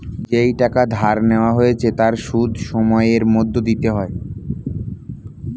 যেই টাকা ধার নেওয়া হয়েছে তার সুদ সময়ের মধ্যে দিতে হয়